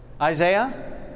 Isaiah